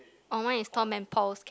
oh mine is Tom and Paul's